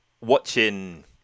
watching